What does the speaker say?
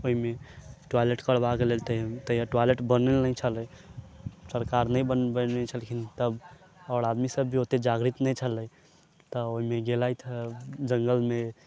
ओहिमे टॉयलेट करबाक लेल तहि तहिया टॉयलेट बनलो नहि छलै सरकार नहि बनबै छलखिन तब आओर आदमीसभ भी ओतेक जागृत नहि छलै तऽ ओहिमे गेलथि हेँ जङ्गलमे